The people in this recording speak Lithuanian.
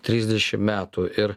trisdešim metų ir